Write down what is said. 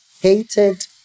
hated